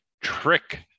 trick